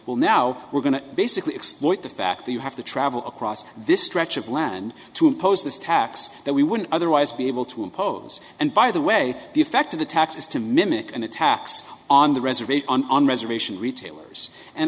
well now we're going to basically exploit the fact that you have to travel across this stretch of land to impose this tax that we wouldn't otherwise be able to impose and by the way the effect of the tax is to mimic and a tax on the reservation on reservation retailers and